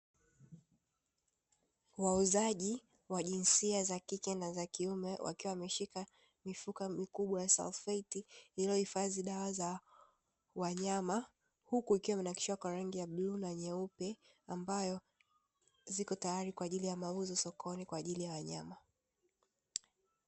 Wauzaji wa jinsia za kike na za kiume wakiwa wameshika mifuko mikubwa ya salfeti iliyohifadhi dawa za wanyama. Huku ikiwa imenakshiwa kwa rangi ya bluu na nyeupe, ambayo ziko tayari kwa ajili ya mauzo sokoni kwa ajili ya wanyama.